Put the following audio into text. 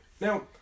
Now